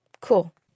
cool